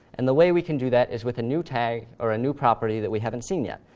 and the way we can do that is with a new tag, or a new property that we haven't seen yet.